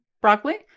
broccoli